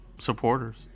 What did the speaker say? supporters